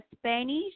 Spanish